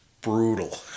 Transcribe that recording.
brutal